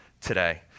today